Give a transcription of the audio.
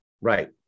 Right